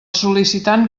sol·licitant